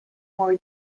more